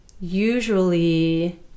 usually